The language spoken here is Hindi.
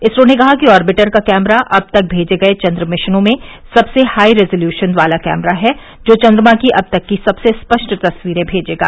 इसरो ने कहा कि आर्बिटर का कैमरा अब तक भेजे गये चन्द्र मिशनों में सबसे हाई रिजोल्यूशन वाला कैमरा है जो चन्द्रमा की अब तक की सबसे स्पष्ट तस्वीरें भेजेगा